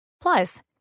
Plus